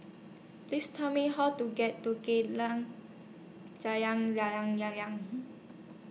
Please Tell Me How to get to Jalan Layang Layang